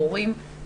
הורים,